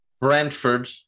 Brentford